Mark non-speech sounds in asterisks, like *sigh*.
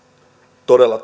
todella *unintelligible*